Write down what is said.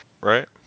right